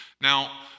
Now